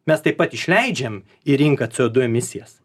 mes taip pat išleidžiam į rinką c o du emisijas